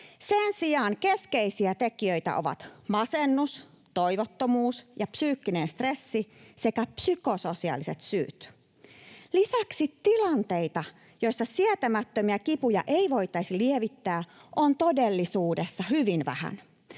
Sen sijaan keskeisiä tekijöitä ovat masennus, toivottomuus ja psyykkinen stressi sekä psykososiaaliset syyt. Lisäksi tilanteita, joissa sietämättömiä kipuja ei voitaisi lievittää, on todellisuudessa hyvin vähän.